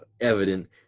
evident